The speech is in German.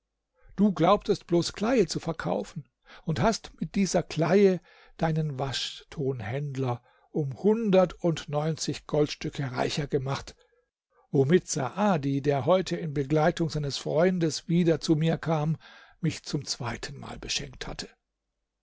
du glaubtest bloß kleie zu verkaufen und hast mit dieser kleie deinen waschtonhändler um hundertundneunzig goldstücke reicher gemacht womit saadi der heute in begleitung seines freundes wieder zu mir kam mich zum zweitenmal beschenkt hatte